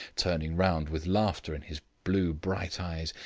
turning round, with laughter in his blue bright eyes.